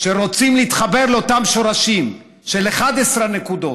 שרוצים להתחבר לאותם שורשים של 11 הנקודות,